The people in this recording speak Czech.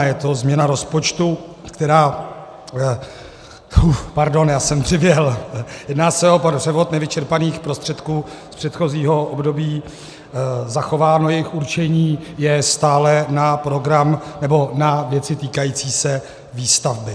Je to změna rozpočtu, která uf, pardon, já jsem přiběhl jedná se o převod nevyčerpaných prostředků z předchozího období, je zachováno jejich určení stále na program, nebo na věci týkající se Výstavby.